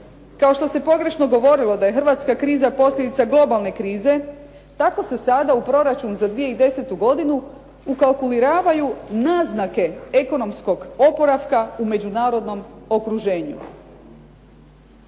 kao što se pogrešno govorilo da je hrvatska kriza posljedica globalne krize, tako se sada u proračun za 2010. godinu ukalkuliravaju naznake ekonomskog oporavka u međunarodnom okruženju.